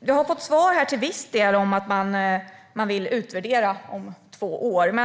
Jag har till viss del fått svar här. Man vill utvärdera om två år.